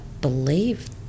believe